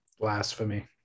Blasphemy